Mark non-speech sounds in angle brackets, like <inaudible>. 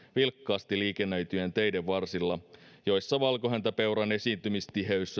vilkkaasti liikennöityjen teiden varsilla joilla valkohäntäpeuran esiintymistiheys <unintelligible>